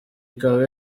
ikaba